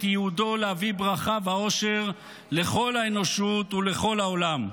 ייעודו להביא ברכה ואושר לכל האנושות ולכל העולם.